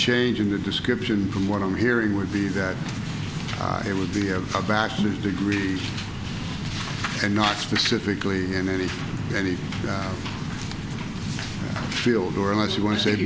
change in the description from what i'm hearing would be that it would be of a bachelor's degree and not specifically in any any field or unless you want to sa